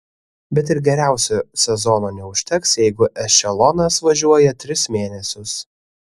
bet ir geriausio sezono neužteks jeigu ešelonas važiuoja tris mėnesius